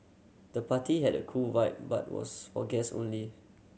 the party had a cool vibe but was for guess only